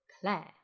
Claire